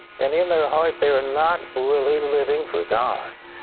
and in their heart they are not really living for god.